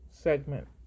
segment